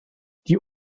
die